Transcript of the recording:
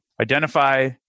identify